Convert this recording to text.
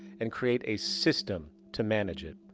and create a system to manage it.